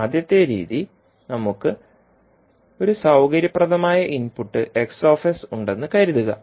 ആദ്യത്തെ രീതി നമുക്ക് ഒരു സൌകര്യപ്രദമായ ഇൻപുട്ട് ഉണ്ടെന്ന് കരുതുക